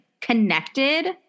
connected